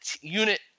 unit